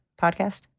podcast